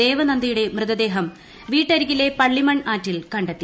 ദേവനന്ദയുടെ മൃതദേഹം വീട്ടരികിലെ പള്ളിമൺ ആറ്റിൽ കണ്ടെത്തി